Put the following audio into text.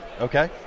Okay